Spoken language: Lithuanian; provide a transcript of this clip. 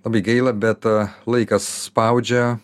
labai gaila bet laikas spaudžia